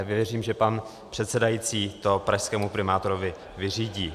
Věřím, že pan předsedající to pražskému primátorovi vyřídí.